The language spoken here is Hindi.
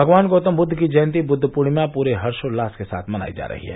भगवान गौतम बुद्ध की जयंती बुद्ध पूर्णिमा पूरे हर्षोल्लास के साथ मनायी जा रही है